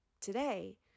today